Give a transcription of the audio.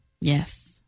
Yes